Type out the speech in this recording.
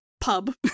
pub